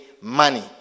money